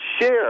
share